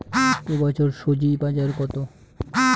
এ বছর স্বজি বাজার কত?